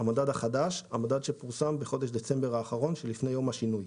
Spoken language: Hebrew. "המדד החדש" המדד שפורסם בחודש דצמבר האחרון שלפני יום השינוי.